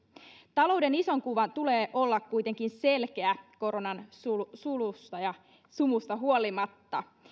talouden ison kuvan tulee olla kuitenkin selkeä koronan sulusta sulusta ja sumusta huolimatta